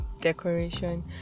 decoration